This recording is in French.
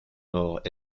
nord